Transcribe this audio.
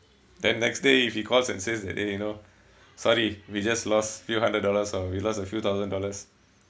then next day if he calls and says that !hey! you know sorry we just lost few hundred dollars or we lost a few thousand dollars